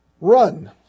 Run